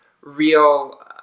real